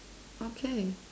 okay